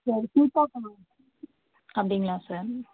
sir சீதாப்பழம் அப்படிங்களா sir